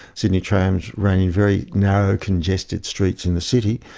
sydney trams ran in very narrow, congested streets in the city,